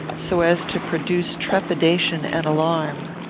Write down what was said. so as to produce trepidation and alarm.